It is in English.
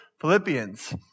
Philippians